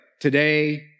today